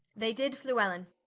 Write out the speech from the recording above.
they did fluellen